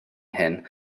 hyn